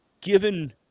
given